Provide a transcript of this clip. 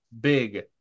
big